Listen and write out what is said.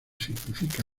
significa